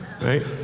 right